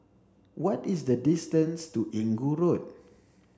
what is the distance to Inggu Road